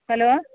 hello